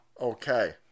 Okay